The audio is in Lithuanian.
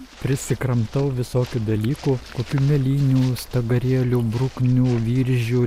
prisikramtau visokių dalykų kokių mėlynių stagarėlių bruknių viržių